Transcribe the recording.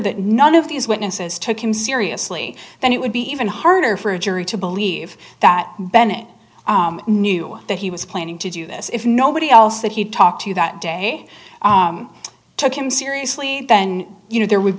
that none of these witnesses took him seriously then it would be even harder for a jury to believe that bennett knew that he was planning to do this if nobody else that he talked to that day took him seriously then you know there would